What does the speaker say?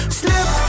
slip